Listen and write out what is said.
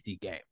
game